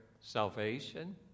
salvation